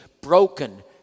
broken